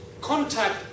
contact